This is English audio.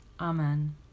Amen